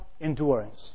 endurance